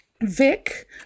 Vic